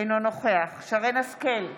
אינו נוכח שרן מרים השכל,